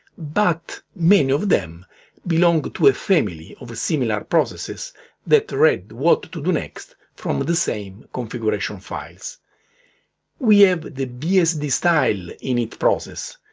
but many of them belong to a family of similar processes that read what to do next from the same configuration files we have the bsd style init process.